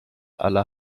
aller